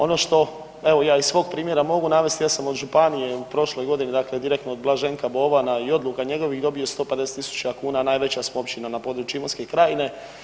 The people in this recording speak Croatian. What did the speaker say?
Ono što, evo ja iz svog primjera mogu navest, ja sam od županije u prošloj godini, dakle direktno od Blaženka Bobana i odluka njegovih dobio 150.000 kuna, najveća smo općina na području imotske krajine.